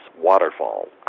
Waterfall